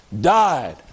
died